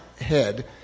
head